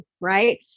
Right